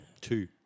Two